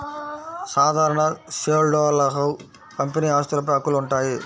సాధారణ షేర్హోల్డర్లకు కంపెనీ ఆస్తులపై హక్కులు ఉంటాయి